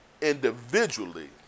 individually